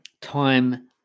time